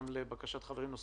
גם לבקשת חברים נוספים,